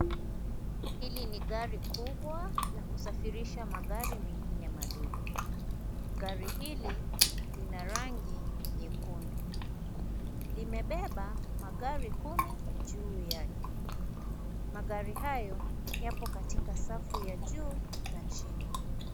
Hili ni gari kubwa la kubebea magari, lenye rangi nyekundu. Limebeba magari kumi madogo, yaliyopangwa katika safu za juu na chini.